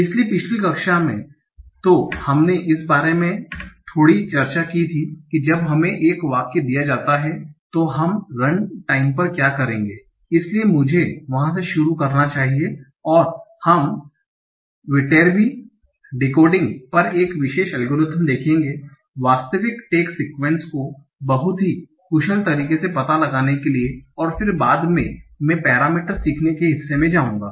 इसलिए पिछली कक्षा में तो हमने इस बारे में भी थोड़ी चर्चा की थी कि जब हमें एक वाक्य दिया जाता है तो हम रन टाइम पर क्या करेंगे इसलिए मुझे वहाँ से शुरू करना चाहिए और हम विटेरबी डिकोडिंग पर एक विशेष एल्गोरिथ्म देखेंगे वास्तविक टैग सीक्वन्स को बहुत ही कुशल तरीके से पता लगाने के लिए और फिर बाद में मैं पैरामीटर सीखने के हिस्से में जाऊंगा